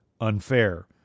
unfair